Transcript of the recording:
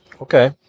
Okay